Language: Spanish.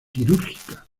quirúrgica